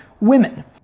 women